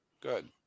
Good